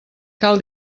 cal